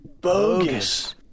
bogus